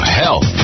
health